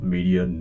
Media